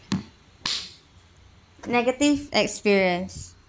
negative experience